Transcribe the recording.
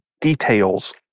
details